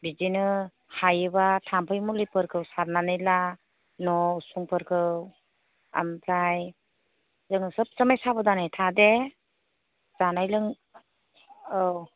बिदिनो हायोबा थामफै मुलिफोरखौ सारनानै ला न' उसुंफोरखौ ओमफ्राय जों सोब समाय साब'दानै था दे जानाय लों औ